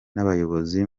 n’abayobozi